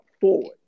forward